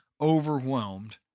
overwhelmed